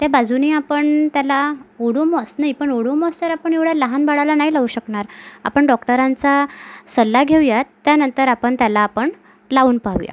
त्याबाजूनी आपण त्यांना ओडोमॉस नाही पण ओडोमॉस तर आपण एवढ्या लहान बाळाला नाही लावू शकणार आपण डॉक्टरांचा सल्ला घेऊयात त्यानंतर आपण त्याला पण लावून पाहूया